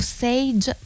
sage